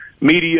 media